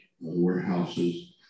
warehouses